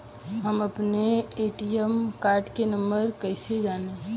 हम अपने ATM card के नंबर कइसे जानी?